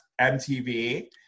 MTV